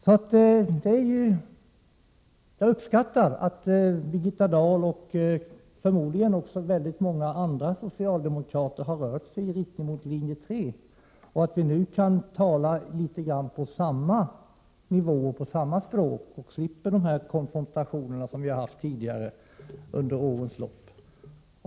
Så jag uppskattar att Birgitta Dahl och förmodligen också väldigt många andra socialdemokrater har rört sig i riktning mot Linje 3 och att vi nu kan tala litet grand samma språk och slipper konfrontationerna som förekommit tidigare under årens lopp.